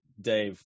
Dave